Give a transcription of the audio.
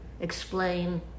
explain